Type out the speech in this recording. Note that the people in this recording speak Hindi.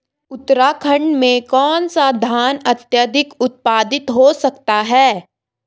उत्तराखंड में कौन सा धान अत्याधिक उत्पादित हो सकता है?